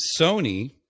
Sony